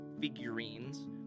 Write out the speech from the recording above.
figurines